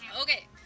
Okay